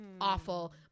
awful